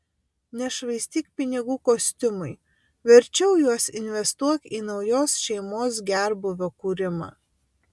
nešvaistyk pinigų kostiumui verčiau juos investuok į naujos šeimos gerbūvio kūrimą